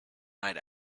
night